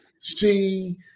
see